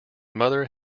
mother